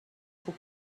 خوب